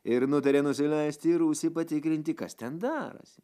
ir nutarė nusileisti į rūsį patikrinti kas ten darosi